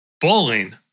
Bowling